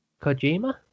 Kojima